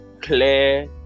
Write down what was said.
clear